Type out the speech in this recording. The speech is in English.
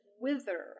wither